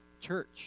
church